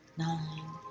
nine